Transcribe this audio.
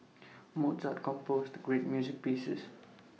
Mozart composed great music pieces